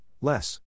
less